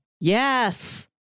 Yes